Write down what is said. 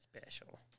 Special